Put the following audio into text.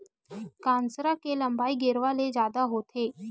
कांसरा के लंबई गेरवा ले जादा होथे